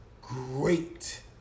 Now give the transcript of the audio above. great